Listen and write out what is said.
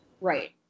right